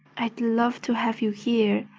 i'd love to have you here.